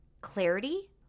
clarity